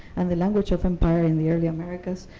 and the languages of empire in the early americas,